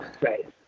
Right